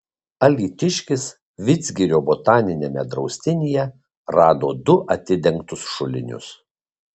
alytiškis vidzgirio botaniniame draustinyje rado du atidengtus šulinius